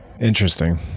Interesting